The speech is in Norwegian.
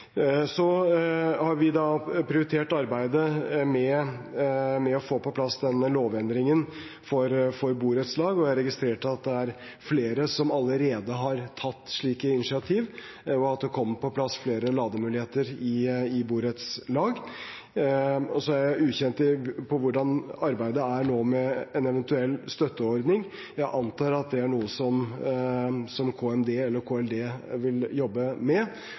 Vi har prioritert arbeidet med å få på plass denne lovendringen for borettslag, og jeg registrerer at det er flere som allerede har tatt slike initiativ, og at det kommer på plass flere lademuligheter i borettslag. Jeg er ukjent med hvordan arbeidet med en eventuell støtteordning er nå. Jeg antar at det er noe som Kommunal- og moderniseringsdepartementet eller Klima- og miljødepartementet vil jobbe med,